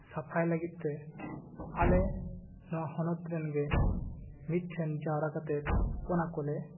ᱥᱟᱯᱷᱟᱭ ᱞᱟᱹᱜᱤᱫ ᱛᱮ ᱟᱞᱮ ᱱᱚᱣᱟ ᱦᱚᱱᱚᱛ ᱨᱮᱱ ᱜᱮ ᱢᱤᱫ ᱴᱷᱮᱱ ᱡᱟᱨᱣᱟ ᱠᱟᱛᱮᱜ ᱚᱱᱟ ᱠᱚ ᱞᱮ